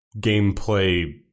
gameplay